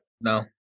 No